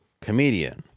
Comedian